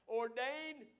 ordained